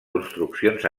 construccions